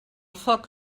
foc